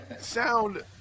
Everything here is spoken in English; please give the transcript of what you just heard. sound